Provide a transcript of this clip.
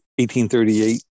1838